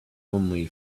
only